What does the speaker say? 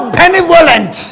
benevolent